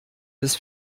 des